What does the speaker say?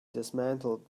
dismantled